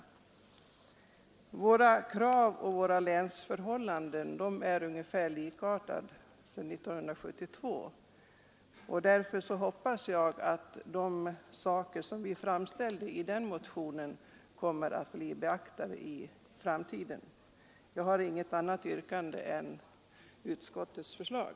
Såväl våra krav som våra länsförhållanden är ungefär likartade sedan 1972, och därför hoppas jag att de motionsyrkanden som vi då framställde skall bli beaktade i framtiden. Herr talman! Jag har inget annat yrkande än om bifall till utskottets förslag.